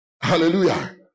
Hallelujah